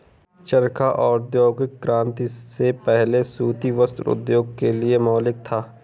चरखा औद्योगिक क्रांति से पहले सूती वस्त्र उद्योग के लिए मौलिक था